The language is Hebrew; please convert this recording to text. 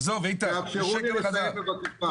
עזוב, איתן, זה שקר וכזב.